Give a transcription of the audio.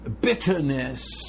bitterness